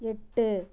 எட்டு